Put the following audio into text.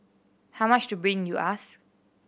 how much to bring you ask